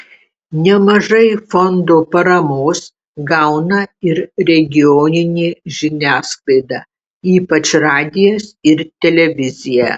nemažai fondo paramos gauna ir regioninė žiniasklaida ypač radijas ir televizija